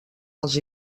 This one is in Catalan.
als